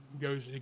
goes